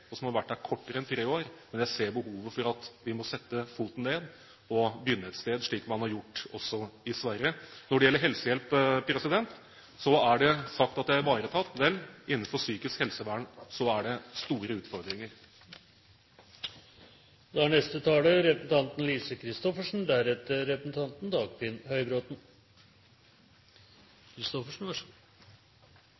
som har vært her kortere enn tre år – men jeg ser behovet for at vi må sette foten ned og begynne et sted, slik man har gjort i Sverige. Når det gjelder helsehjelp, er det sagt at det er ivaretatt. Vel – innenfor psykisk helsevern er det store utfordringer. Bare noen kommentarer. Det er